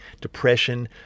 depression